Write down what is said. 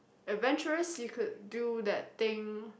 adventurous you could do that thing